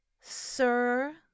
sir